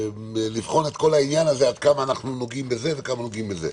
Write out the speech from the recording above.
כדי לבחון את כל העניין הזה עד כמה אנחנו נוגעים בזה וכמה נוגעים בזה.